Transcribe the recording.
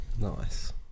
nice